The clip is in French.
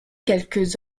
quelques